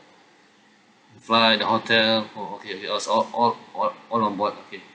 flight the hotel oh okay okay oh so all all all onboard okay